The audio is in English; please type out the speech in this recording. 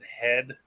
head